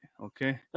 okay